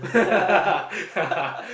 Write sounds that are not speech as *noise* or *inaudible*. *laughs*